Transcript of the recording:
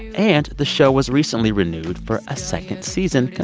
and the show was recently renewed for a second season.